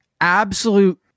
absolute